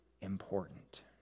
important